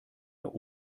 der